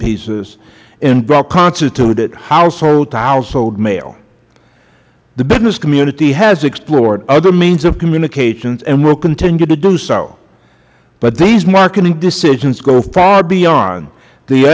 pieces constituted household to household mail the business community has explored other means of communications and will continue to do so but these marketing decisions go far beyond the